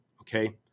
Okay